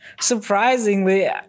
surprisingly